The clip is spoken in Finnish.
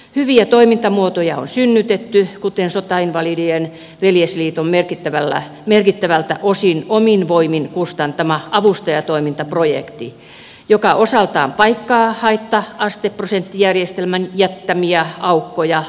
hyviä toimintamuotoja on synnytetty kuten sotainvalidien veljesliiton merkittävältä osin omin voimin kustantama avustajatoimintaprojekti joka osaltaan paikkaa haitta asteprosenttijärjestelmän jättämiä aukkoja kuntoutuksessa